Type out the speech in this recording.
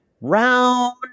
Round